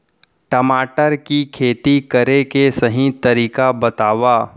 टमाटर की खेती करे के सही तरीका बतावा?